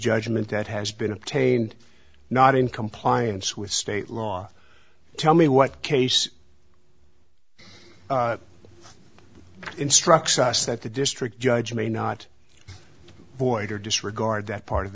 judgment that has been obtained not in compliance with state law tell me what case instructs us that the district judge may not void or disregard that